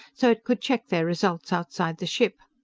so it could check their results outside the ship.